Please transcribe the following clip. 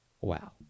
Wow